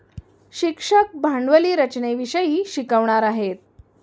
शिक्षक भांडवली रचनेविषयी शिकवणार आहेत